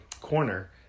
corner